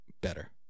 Better